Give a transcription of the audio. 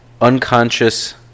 unconscious